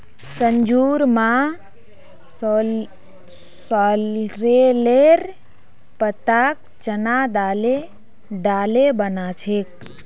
संजूर मां सॉरेलेर पत्ताक चना दाले डाले बना छेक